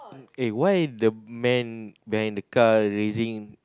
eh why the man behind the car raising